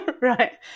right